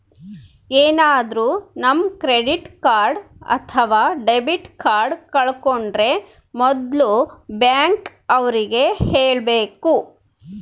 ಏನಾದ್ರೂ ನಮ್ credit card ಅಥವಾ ಡೆಬಿಟ್ ಕಾರ್ಡ್ ಕಳ್ಕೊಂಡ್ರೆ ಮೊದ್ಲು ಬ್ಯಾಂಕ್ ಅವ್ರಿಗೆ ಹೇಳ್ಬೇಕು